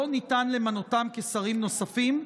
לא ניתן למנותם כשרים נוספים,